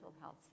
health